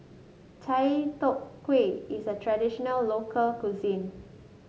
Chai Tow Kway is a traditional local cuisine